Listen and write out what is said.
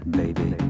baby